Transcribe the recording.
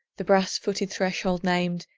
the brass-footed threshold named,